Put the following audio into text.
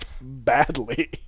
badly